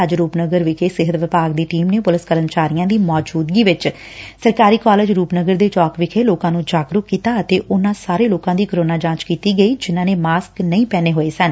ੱਜ ਰੁਪਨਗਰ ਵਿਖੇ ਸਿਹਤ ਵਿਭਾਗ ਦੀ ਟੀਮ ਨੇ ਪੁਲਿਸ ਕਰਮਚਾਰੀਆਂ ਦੀ ਮੌਚੁਦਗੀ ਵਿਚ ਸਰਕਾਰੀ ਕਾਲਜ ਰੁਪਨਗਰ ਦੇ ਚੌਕ ਵਿਖੇ ਲੋਕਾਂ ਨੂੰ ਜਾਗਰੁਕ ਕੀਤਾ ਅਤੇ ਉਨਾਂ ਸਾਰੇ ਲੋਕਾਂ ਦੀ ਕੋਰੋਨਾ ਜਾਂਚ ਕੀਤੀ ਗਈ ਜਿਨਾਂ ਨੇ ਮਾਸਕ ਨਹੀਂ ਪਹਿਲੇ ਹੋਏ ਸਨ